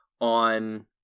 On